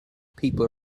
people